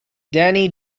danny